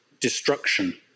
destruction